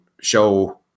show